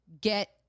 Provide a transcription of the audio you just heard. get